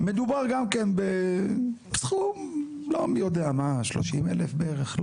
מדובר גם כן בסכום לא מי יודע מה, 30,000 בערך.